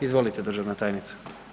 Izvolite državna tajnice.